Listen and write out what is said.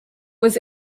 was